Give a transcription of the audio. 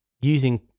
using